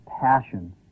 passion